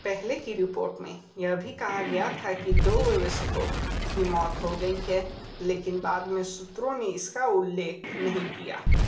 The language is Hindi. पहले की रिपोर्ट में यह भी कहा गया था कि दो वयस्कों की मौत हो गई है लेकिन बाद में सूत्रों ने इसका उल्लेख नहीं किया